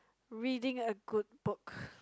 reading a good book